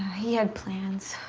he had plans.